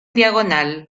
diagonal